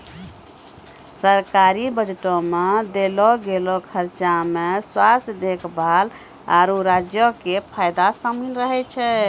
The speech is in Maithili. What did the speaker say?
सरकारी बजटो मे देलो गेलो खर्चा मे स्वास्थ्य देखभाल, आरु राज्यो के फायदा शामिल रहै छै